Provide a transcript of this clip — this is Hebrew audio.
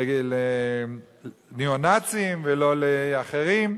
לניאו-נאצים ולא לאחרים.